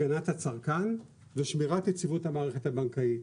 הגנת הצרכן ושמירת יציבות המערכת הבנקאית.